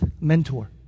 mentor